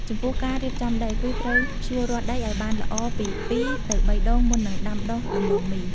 ចំពោះការរៀបចំដី គឺត្រូវភ្ជួររាស់ដីឱ្យបានល្អពី ២ ទៅ ៣ ដង មុននឹងដាំដុះដំឡូងមី។